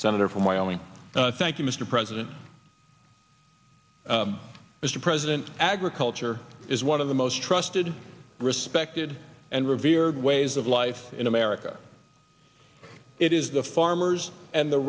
senator from wyoming thank you mr president mr president agriculture is one of the most trusted respected and revered ways of life in america it is the farmers and the